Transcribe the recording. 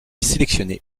sélectionné